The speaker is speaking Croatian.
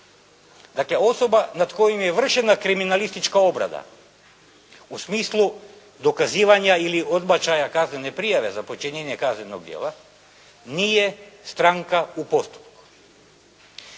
Dakle, osoba nad kojom je vršena kriminalistička obrada u smislu dokazivanja ili odbačaja kaznene prijave za počinjenje kaznenog djela, nije stranka u postupku.